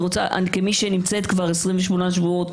כמי שנמצאת כבר 28 שבועות,